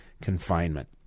confinement